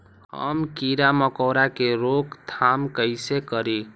हम किरा मकोरा के रोक थाम कईसे करी?